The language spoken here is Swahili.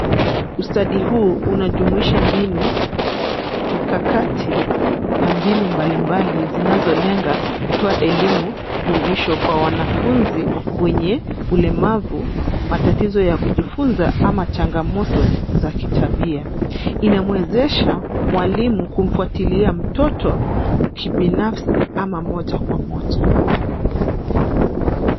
Ustadi huu unajumuisha mbinu, mikakati na mbinu mbalimbali zinazolenga kutoa elimu jumuisho kwa wanafunzi wenye ulemavu, matatizo ya kujifunza ama changamoto za kitabia. Inamwezesha mwalimu kumfuatilia mtoto kibinafsi ama moja kwa moja.